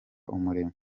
umuremyi